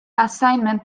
assignment